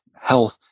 health